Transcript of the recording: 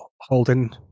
holding